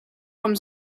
vom